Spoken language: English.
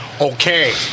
Okay